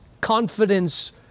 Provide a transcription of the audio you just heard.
confidence